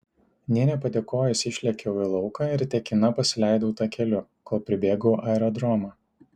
nė nepadėkojusi išlėkiau į lauką ir tekina pasileidau takeliu kol pribėgau aerodromą